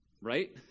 right